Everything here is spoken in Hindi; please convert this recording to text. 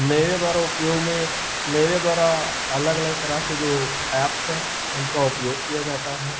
मेरे द्वारा उपयोग में मेरे द्वारा अलग अलग तरह के जो ऐप्स हैं उनका उपयोग किया जाता है